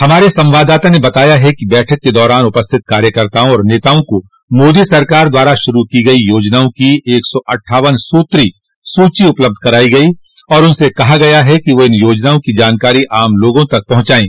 हमारे संवाददाता ने बताया है कि बैठक के दौरान उपस्थित कार्यकर्ताओं और नेताओं को मोदी सरकार द्वारा शुरू की गई योजनाओं की एक सौ अट्ठावन सूत्री सूची उपलब्ध कराई गई और उनसे कहा गया कि वे इन योजनाओं की जानकारी आम लोग तक पहुंचाये